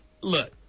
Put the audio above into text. Look